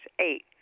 eight